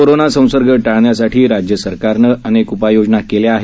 corona संसर्ग टाळण्यासाठी राज्य सरकारनं अनेक उपाययोजना केल्या आहेत